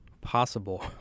possible